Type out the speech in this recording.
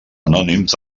anònims